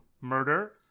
murder